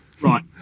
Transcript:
Right